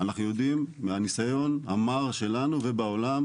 אנחנו יודעים מהניסיון המר שלנו ובעולם,